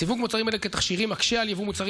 סיווג מוצרים אלה כתכשירים מקשה על יבוא מוצרים